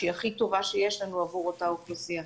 שהיא הכי טובה שיש לנו עבור אותה אוכלוסייה.